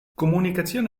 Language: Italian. comunicazioni